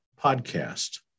podcast